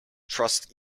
trust